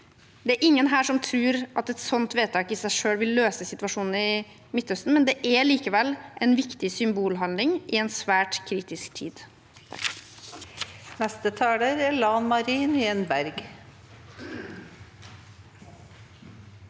Det er ingen her som tror at et sånt vedtak i seg selv vil løse situasjonen i Midtøsten, men det er likevel en viktig symbolhandling i en svært kritisk tid.